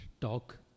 talk